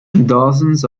dozens